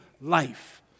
life